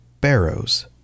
barrows